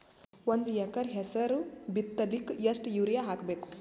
ಒಂದ್ ಎಕರ ಹೆಸರು ಬಿತ್ತಲಿಕ ಎಷ್ಟು ಯೂರಿಯ ಹಾಕಬೇಕು?